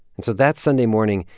and so that sunday morning,